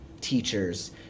teachers